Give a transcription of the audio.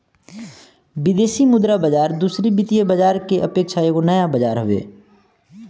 विदेशी मुद्रा बाजार दूसरी वित्तीय बाजार के अपेक्षा एगो नया बाजार हवे